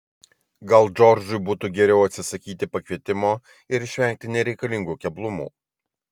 gal džordžui būtų geriau atsisakyti pakvietimo ir išvengti nereikalingų keblumų